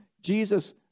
Jesus